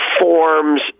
forms